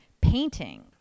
painting